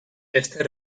este